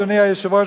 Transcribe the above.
אדוני היושב-ראש,